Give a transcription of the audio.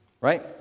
right